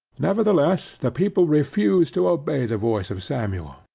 nevertheless the people refused to obey the voice of samuel,